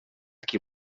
qui